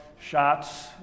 shots